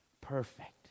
perfect